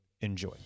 Enjoy